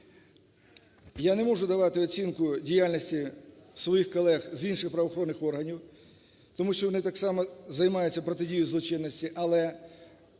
я не можу давати оцінку діяльності своїх колег з інших правоохоронних органів, тому що вони так само займаються протидією злочинності, але